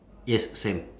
yes same